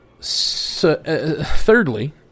Thirdly